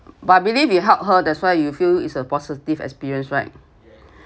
but I believe you helped her that's why you feel is a positive experience right